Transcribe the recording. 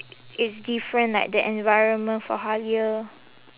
it's different like the environment for Halia